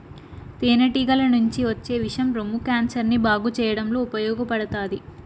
తేనె టీగల నుంచి వచ్చే విషం రొమ్ము క్యాన్సర్ ని బాగు చేయడంలో ఉపయోగపడతాది